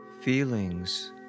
Feelings